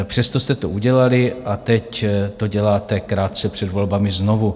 Přesto jste to udělali a teď to děláte krátce před volbami znovu.